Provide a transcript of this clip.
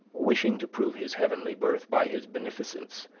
wishing to prove his heavenly birth by his beneficence,